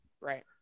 Right